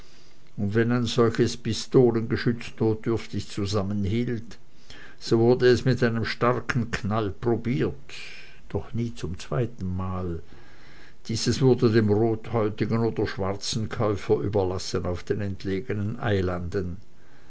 und wenn ein solches pistolengeschütz notdürftig zusammenhielt so wurde es mit einem starken knall probiert doch nie zum zweiten mal dieses wurde dem rothäutigen oder schwarzen käufer überlassen auf den entlegenen eilanden